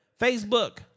Facebook